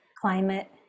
climate